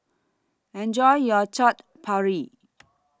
Enjoy your Chaat Papri